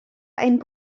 ein